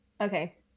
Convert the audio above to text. Okay